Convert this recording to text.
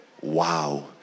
wow